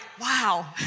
wow